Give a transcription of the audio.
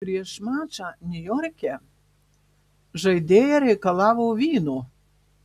prieš mačą niujorke žaidėja reikalavo vyno